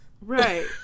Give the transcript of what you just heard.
Right